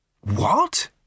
What